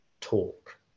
talk